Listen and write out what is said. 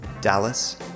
Dallas